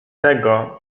tego